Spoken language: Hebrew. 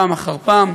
פעם אחר פעם.